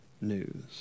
news